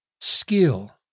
skill